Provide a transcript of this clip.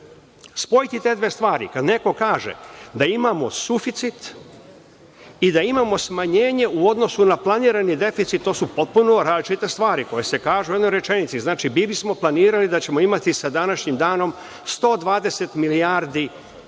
Spojiti te dve stvari, kada neko kaže da imamo suficit i da imamo smanjenje u odnosu na planirani deficit, to su potpuno različite stvari, koje se kažu u jednoj rečenici. Znači, bili smo planirali da ćemo imati sa današnjim danom 120 milijardi